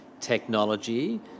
technology